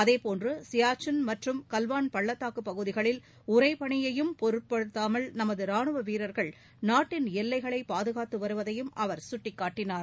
அதேபோன்று சியாச்சின் மற்றும் கல்வான் பள்ளத்தாக்குப் பகுதிகளில் உறைப்பனியையும் பொருட்படுத்தாமல் நமது ராணுவ வீரர்கள் நாட்டின் எல்லைகளை பாதுகாத்து வருவதையும் அவர் சுட்டிக்காட்டினார்